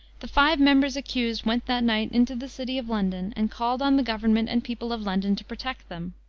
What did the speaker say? the five members accused went that night into the city of london, and called on the government and people of london to protect them.